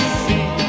see